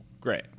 Great